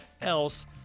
else